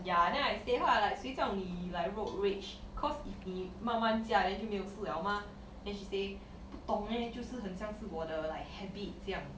ya then I say her lah I like 谁叫你 like road rage because if 你慢慢驾 then 就没有是 liao mah then she say 不懂 eh 就是很像是我的 like habit 这样